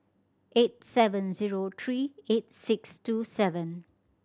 eight seven zero three eight six two seven